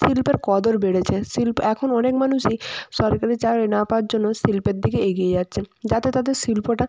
শিল্পের কদর বেড়েছে শিল্প এখন অনেক মানুষই সরকারি চাকরি না পাওয়ার জন্য শিল্পের দিকে এগিয়ে যাচ্ছে যাতে তাদের শিল্পটা